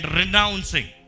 renouncing